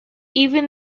even